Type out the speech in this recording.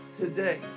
today